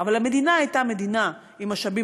אבל המדינה הייתה מדינה עם משאבים